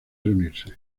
reunirse